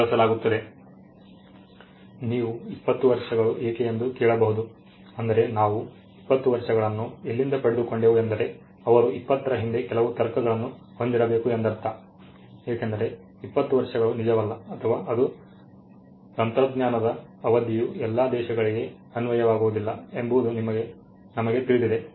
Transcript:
ಈಗ ನೀವು 20 ವರ್ಷಗಳು ಏಕೆ ಎಂದು ಕೇಳಬಹುದು ಅಂದರೆ ನಾವು 20 ವರ್ಷಗಳನ್ನು ಎಲ್ಲಿಂದ ಪಡೆದುಕೊಂಡೆವು ಎಂದರೆ ಅವರು 20 ರ ಹಿಂದೆ ಕೆಲವು ತರ್ಕಗಳನ್ನು ಹೊಂದಿರಬೇಕು ಎಂದರ್ಥ ಏಕೆಂದರೆ 20 ವರ್ಷಗಳು ನಿಜವಲ್ಲ ಅಥವಾ ಅದು ತಂತ್ರಜ್ಞಾನದ ಅವಧಿಯು ಎಲ್ಲಾ ದೇಶಗಳಿಗೆ ಅನ್ವಯವಾಗುವುದಿಲ್ಲ ಎಂಬುದು ನಮಗೆ ತಿಳಿದಿದೆ